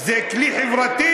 "זה כלי חברתי,